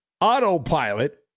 autopilot